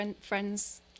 friends